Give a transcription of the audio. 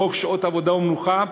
בחוק שעות עבודה ומנוחה.